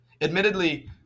admittedly